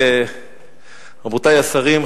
רבותי השרים,